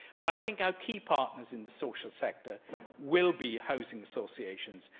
but i think our key partners in the social sector will be housing associations,